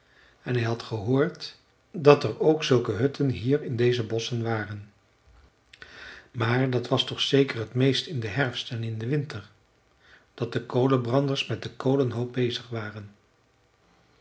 en hij had gehoord dat er ook zulke hutten hier in deze bosschen waren maar dat was toch zeker t meest in den herfst en in den winter dat de kolenbranders met de kolenhoop bezig waren